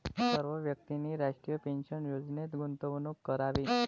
सर्व व्यक्तींनी राष्ट्रीय पेन्शन योजनेत गुंतवणूक करावी